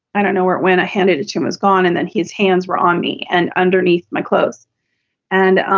i don't know where it went. i handed it to him is gone. and then his hands were on me and underneath my clothes and